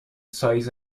سایز